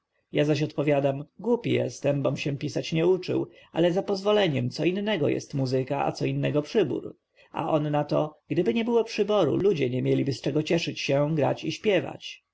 ja zaś odpowiadam głupi jestem bom się pisać nie uczył ale za pozwoleniem co innego jest muzyka a co innego przybór a on na to gdyby nie było przyboru ludzie nie mieliby z czego cieszyć się grać i śpiewać